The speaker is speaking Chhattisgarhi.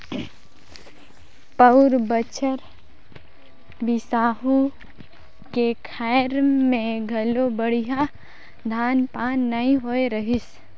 पउर बछर बिसाहू के खायर में घलो बड़िहा धान पान नइ होए रहीस